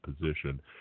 position